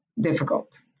difficult